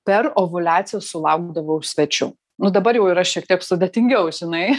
per ovuliaciją sulaukdavau svečių nu dabar jau yra šiek tiek sudėtingiau žinai